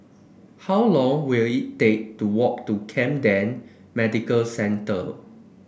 how long will it take to walk to Camden Medical Centre